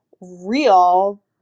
real